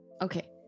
Okay